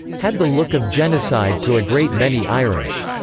had the look of genocide to a great many irish.